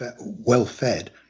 well-fed